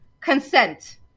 consent